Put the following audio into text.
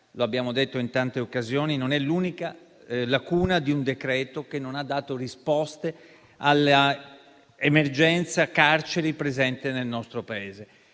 lo abbiamo detto in tante occasioni - lacuna di un decreto che non ha dato risposte all'emergenza carceri presente nel nostro Paese.